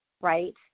right